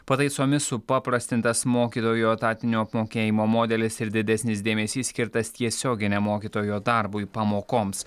pataisomis supaprastintas mokytojų etatinio apmokėjimo modelis ir didesnis dėmesys skirtas tiesioginiam mokytojo darbui pamokoms